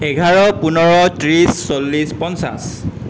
এঘাৰ পোন্ধৰ ত্ৰিছ চল্লিছ পঞ্চাছ